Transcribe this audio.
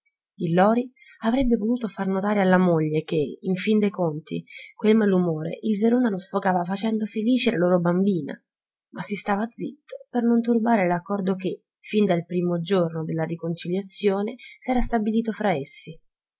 il lori avrebbe voluto far notare alla moglie che in fin dei conti quel malumore il verona lo sfogava facendo felice la loro bambina ma si stava zitto per non turbare l'accordo che fin dal primo giorno della riconciliazione s'era stabilito fra essi